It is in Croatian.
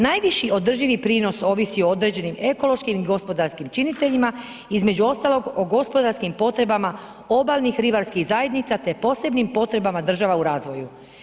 Najviši održivi prinos ovisi o određenim ekološkim i gospodarskim činiteljima, između ostalog, o gospodarskim potrebama obalnih ribarskih zajednica, te posebnim potrebama država u razvoju.